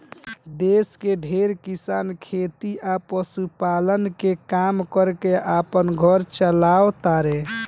देश के ढेरे किसान खेती आ पशुपालन के काम कर के आपन घर चालाव तारे